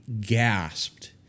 gasped